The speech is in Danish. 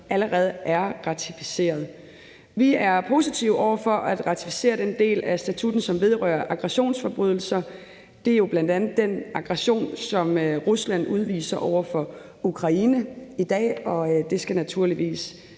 allerede er ratificeret. Vi er positive over for at ratificere den del af statutten, som vedrører aggressionsforbrydelser. Det er jo bl.a. den aggression, som Rusland udviser over for Ukraine i dag, og det skal naturligvis